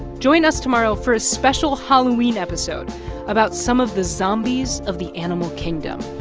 join us tomorrow for a special halloween episode about some of the zombies of the animal kingdom.